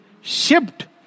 shipped